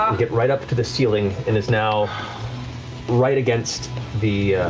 um get right up into the ceiling and is now right against the